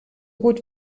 gut